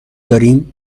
داریم